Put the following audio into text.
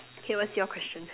okay what's your question